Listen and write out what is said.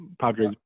Padres